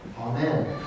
Amen